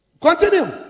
Continue